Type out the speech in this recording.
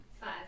Five